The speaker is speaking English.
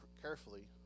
carefully